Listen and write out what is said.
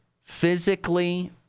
Physically